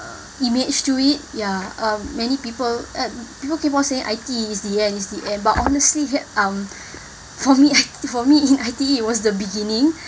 image to it ya um many people uh people people say I_T_E it's the end is the end but honestly here um for me for me in I_T_E it was the beginning